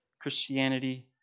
Christianity